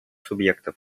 субъектов